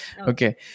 Okay